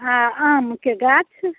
हँ आमके गाछ